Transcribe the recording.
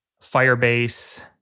Firebase